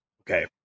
Okay